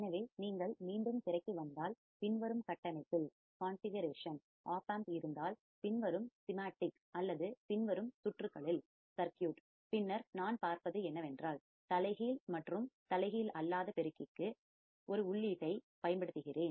எனவே நீங்கள் மீண்டும் திரைக்கு வந்தால் பின்வரும் கட்டமைப்பில் காண்பிகரெக்ஷன் configuration ஓப்பம்ப் இருந்தால் பின்வரும் சீமாட்டிக் அல்லது பின்வரும் சுற்றுகளில் சர்க்யூட் circuit பின்னர் நான் பார்ப்பது என்னவென்றால் தலைகீழ் இன்வடிங் inverting மற்றும் தலைகீழ் அல்லாத நான் இன்வடிங் non inverting பெருக்கிக்கு ஆம்ப்ளிபையர் amplifier க்கு ஒரு உள்ளீட்டைப் இன்புட் பயன்படுத்துகிறேன்